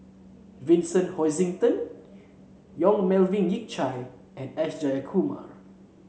Vincent Hoisington Yong Melvin Yik Chye and S Jayakumar